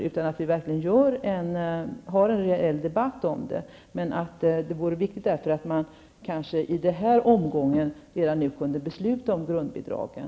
Vi måste verkligen föra en debatt om den, men redan nu borde beslut fattas om grundbidragen.